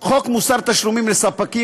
חוק מוסר תשלומים לספקים,